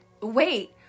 Wait